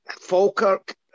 Falkirk